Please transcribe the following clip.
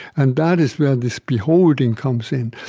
and that is where this beholding comes in.